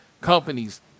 companies